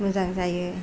मोजां जायो